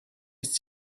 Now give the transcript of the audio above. ist